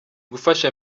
gufasha